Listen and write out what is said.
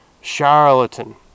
charlatan